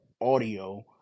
audio